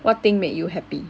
what thing made you happy